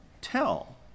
tell